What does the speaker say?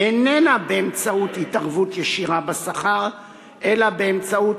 איננה באמצעות התערבות ישירה בשכר אלא באמצעות